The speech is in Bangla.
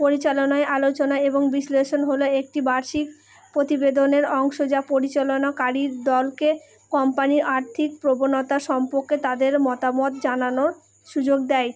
পরিচালনায় আলোচনায় এবং বিশ্লেষণ হলো একটি বার্ষিক প্রতিবেদনের অংশ যা পরিচালনাকারীর দলকে কোম্পানির আর্থিক প্রবণতা সম্পর্কে তাদের মতামত জানানোর সুযোগ দেয়